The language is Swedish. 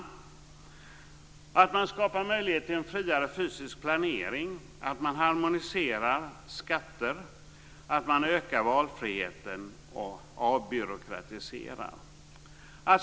Vidare krävs att man skapar möjlighet till en friare fysisk planering, harmoniserar skatter, ökar valfriheten och avbyråkratiserar.